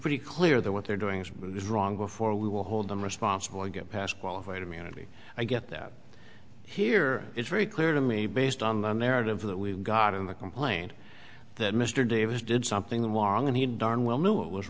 fairly clear that what they're doing is wrong before we will hold them responsible and get past qualified immunity i get that here it's very clear to me based on the narrative that we've got in the complaint that mr davis did something the long and he darn well knew it was